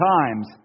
times